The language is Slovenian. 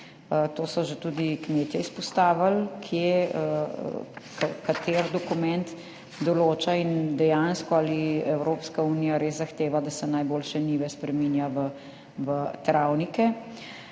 to so že tudi kmetje izpostavili, kateri dokument določa in dejansko, ali Evropska unija res zahteva, da se najboljše njive spreminja v travnike.